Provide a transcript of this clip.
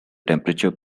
temperature